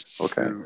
Okay